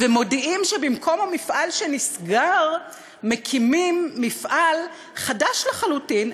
ומודיעים שבמקום המפעל שנסגר מקימים מפעל חדש לחלוטין,